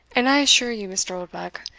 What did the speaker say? and i assure you, mr. oldbuck,